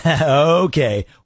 Okay